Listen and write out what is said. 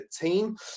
team